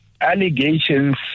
Allegations